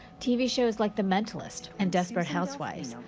tv shows like the mentalist, and desperate housewives,